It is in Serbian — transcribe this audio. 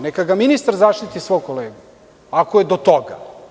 Neka ministar zaštiti svog kolegu, ako je do toga.